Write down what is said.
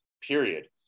period